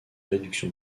réduction